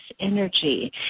energy